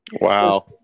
Wow